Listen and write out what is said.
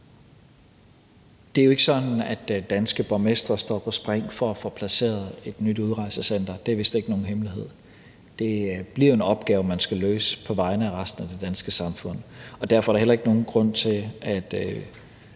Det er jo ikke sådan, at danske borgmestre står på spring for at få placeret et nyt udrejsecenter. Det er vist ikke nogen hemmelighed, og det bliver jo en opgave, man skal løse på vegne af resten af det danske samfund, og derfor er der heller ikke nogen grund til at